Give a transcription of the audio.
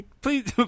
Please